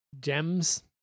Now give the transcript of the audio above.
gems